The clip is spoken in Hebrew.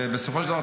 בסופו של דבר,